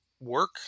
work